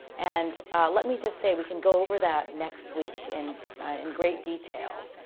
and let me just say we can go over that next week in in great detail.